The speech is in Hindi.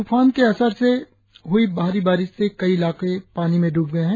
तूफान के असर से हुई भारी बारिश से कई इलाकें पानी में ड्रब गए है